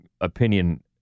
opinion